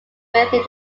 within